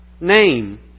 name